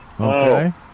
Okay